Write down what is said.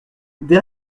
des